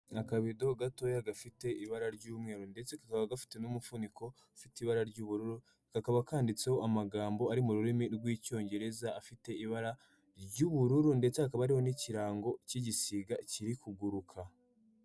Ni akabido gatoya gafite ibara ry'umweru ndetse kakaba gafite n'umufuniko ufite ibara ry'ubururu, kakaba kanditseho amagambo ari mu rurimi rw'icyongereza afite ibara ry'ubururu ndetse hakaba hariho n'ikirango cy'igisiga kiri kuguruka.